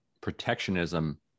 protectionism